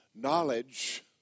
Knowledge